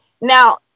now